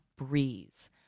breeze